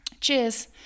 Cheers